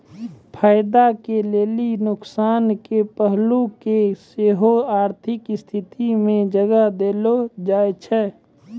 फायदा के लेली नुकसानो के पहलू के सेहो आर्थिक स्थिति मे जगह देलो जाय छै